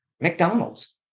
McDonald's